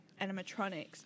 animatronics